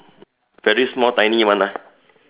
very small tiny one lah